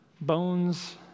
bones